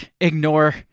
ignore